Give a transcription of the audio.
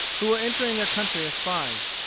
who were entering their country as spies.